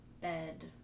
bed